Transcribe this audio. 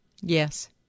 Yes